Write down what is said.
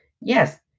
Yes